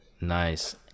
Nice